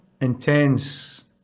intense